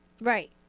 Right